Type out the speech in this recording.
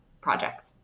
projects